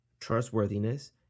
trustworthiness